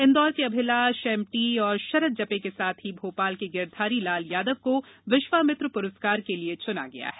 इंदौर को अभिलाष एमटी और शरद जपे के साथ ही भोपाल के गिरधारी लाल यादव को विश्वामित्र पुरस्कार के लिये चुना गया है